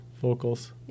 Vocals